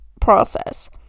process